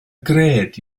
gred